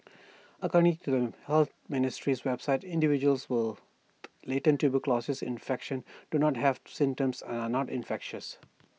according to the health ministry's website individuals were latent tuberculosis infection do not have symptoms and are not infectious